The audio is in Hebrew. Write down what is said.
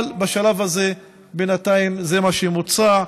אבל בשלב הזה, בינתיים, זה מה שמוצע.